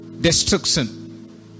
Destruction